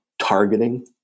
targeting